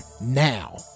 now